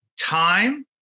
time